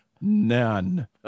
none